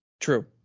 True